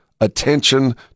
attention